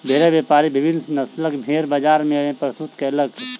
भेड़क व्यापारी विभिन्न नस्लक भेड़ बजार मे प्रस्तुत कयलक